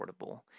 affordable